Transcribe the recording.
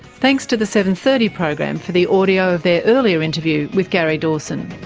thanks to the seven. thirty program for the audio of their earlier interview with gary dawson.